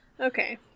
Okay